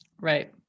right